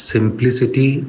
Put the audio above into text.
Simplicity